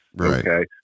Okay